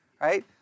right